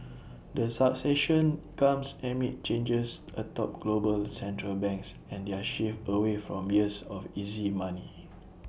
the succession comes amid changes atop global central banks and their shift away from years of easy money